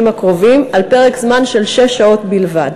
הקרובים על פרק זמן של שש שעות בלבד.